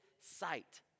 sight